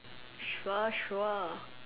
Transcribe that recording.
sure sure